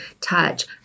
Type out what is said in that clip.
touch